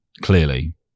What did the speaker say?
clearly